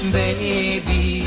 baby